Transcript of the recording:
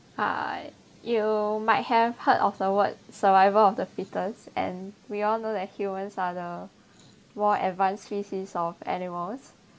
uh you might have heard of the word survival of the fittest and we all know that humans are the more advanced species of animals